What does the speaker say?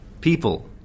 people